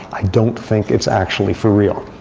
i don't think it's actually for real.